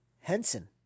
Henson